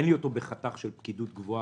אין לי אותו בחתך של פקידות גבוהה.